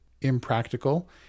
impractical